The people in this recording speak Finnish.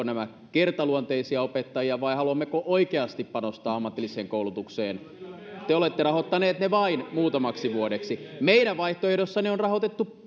nämä kertaluonteisia opettajia vai haluammeko oikeasti panostaa ammatilliseen koulutukseen te te olette rahoittaneet ne vain muutamaksi vuodeksi meidän vaihtoehdossamme ne on rahoitettu